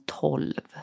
tolv